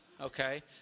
okay